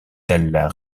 elles